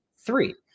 three